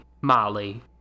molly